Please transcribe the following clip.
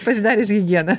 pasidaręs higieną